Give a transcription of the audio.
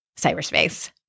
cyberspace